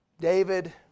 David